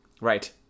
Right